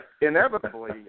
inevitably